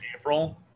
April